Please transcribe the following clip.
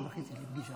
זו טעות.